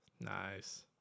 Nice